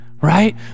right